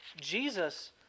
Jesus